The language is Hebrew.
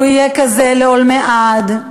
הוא יהיה כזה לעולמי עד,